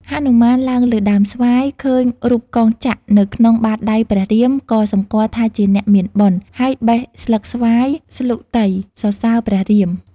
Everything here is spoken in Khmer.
ហនុមាន ឡើងលើដើមស្វាយ ឃើញរូបកងចក្រនៅក្នុង បាតដៃព្រះរាមក៏សម្គាល់ថាជាអ្នកមានបុណ្យ ហើយបេះស្លឹកស្វាយ ស្លុតី (សរសើរ)ព្រះរាម។